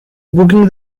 booking